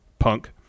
punk